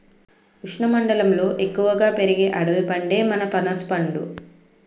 ఉష్ణమండలంలో ఎక్కువగా పెరిగే అడవి పండే మన పనసపండు